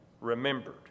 remembered